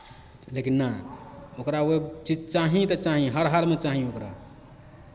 लेकिन नहि ओकरा ओहि चीज चाही तऽ चाही हर हालमे चाही ओकरा